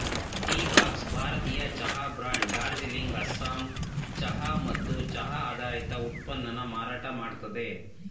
Teabox ಭಾರತೀಯ ಚಹಾ brand Darjeeling Assam ಚಹಾ ಮತ್ತು ಚಹಾ ಆಧಾರಿತ ಉತ್ಪನ್ನನ ಮಾರಾಟ ಮಾಡ್ತದೆ